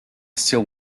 still